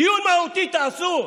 דיון מהותי תעשו,